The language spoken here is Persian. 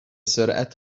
سرعت